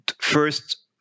first